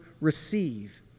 receive